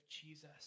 Jesus